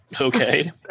Okay